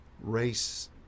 race